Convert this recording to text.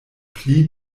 pli